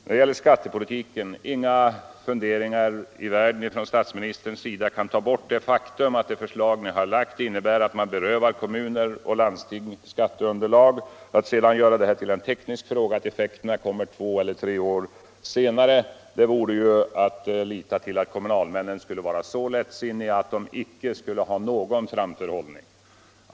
När det gäller skattepolitiken kan ingå funderingar i världen ifrån statsministerns sida ta bort det faktum att det förslag socialdemokraterna lagt fram innebär att man berövar kommuner och landsting skatteunderlag. Att sedan göra det till en teknisk fråga, att effekterna kommer två eller tre år senare, det är ju som att lita till att kommunalmännen skulle vara så lättsinniga att de inte har någon framförhållning.